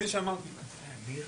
צריך להקפיד על בדיקות בריאותיות,